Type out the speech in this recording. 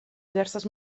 diverses